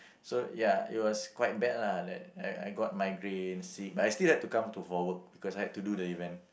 so ya it was quite bad lah that I I got migraine sick but I still had to come to for work because I had to do the event